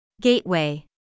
gateway